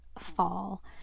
fall